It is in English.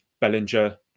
Bellinger